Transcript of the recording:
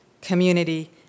community